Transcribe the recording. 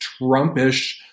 Trumpish